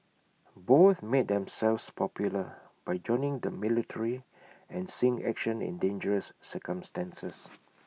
both made themselves popular by joining the military and seeing action in dangerous circumstances